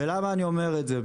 ולמה אני אומר את זה?